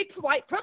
white